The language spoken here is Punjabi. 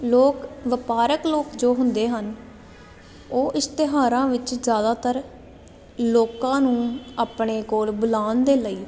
ਲੋਕ ਵਪਾਰਕ ਲੋਕ ਜੋ ਹੁੰਦੇ ਹਨ ਉਹ ਇਸ਼ਤਿਹਾਰਾਂ ਵਿੱਚ ਜ਼ਿਆਦਾਤਰ ਲੋਕਾਂ ਨੂੰ ਆਪਣੇ ਕੋਲ ਬੁਲਾਉਣ ਦੇ ਲਈ